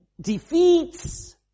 defeats